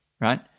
right